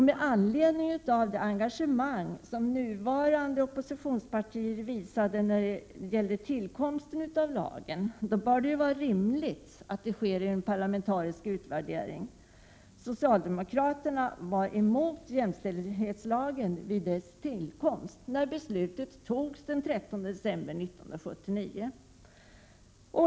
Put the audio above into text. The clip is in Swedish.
Med anledning av det engagemang som de nuvarande oppositionspartierna visade vid lagens tillkomst är det rimligt att utse en parlamentarisk sammansatt utvärderingsgrupp. Socialdemokraterna var motståndare till jämställdhetslagen vid dess tillkomst den 13 december 1979.